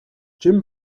jim